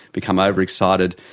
become ah overexcited,